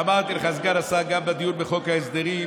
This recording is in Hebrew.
ואמרתי לך, סגן השר, גם בדיון בחוק ההסדרים,